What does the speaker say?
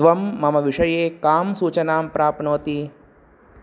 त्वं मम विषये कां सूचनां प्राप्नोति